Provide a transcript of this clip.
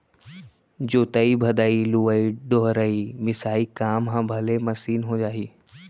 जोतइ भदई, लुवइ डोहरई, मिसाई काम ह भले मसीन हो जाही